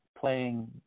playing